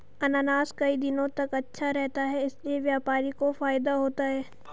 अनानास कई दिनों तक अच्छा रहता है इसीलिए व्यापारी को फायदा होता है